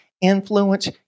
influence